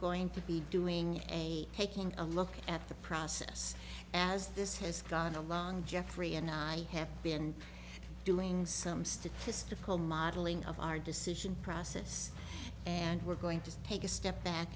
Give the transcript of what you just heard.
going to be doing a taking a look at the process as this has gone along jeffrey and i have been doing some statistical modeling of our decision process and we're going to take a step back